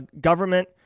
government